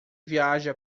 viaja